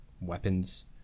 weapons